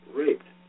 raped